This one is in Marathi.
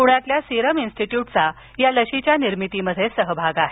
पुण्यातील सिरम इन्स्टीट्यूटचा या लसीच्या निर्मितीत सहभाग आहे